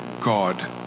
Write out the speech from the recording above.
God